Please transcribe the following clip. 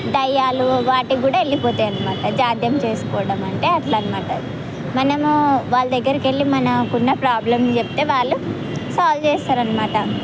దయ్యాలు వాటి కూడా వెళ్ళిపోతాయి అన్నమాట జాధ్యం చేసుకోవడం అంటే అట్లా అన్నమాట మనము వాళ్ల దగ్గరకు వెళ్ళి మనకు ఉన్న ప్రాబ్లెమ్ చెప్తే వాళ్ళు సాల్వ్ చేస్తారు అన్నమాట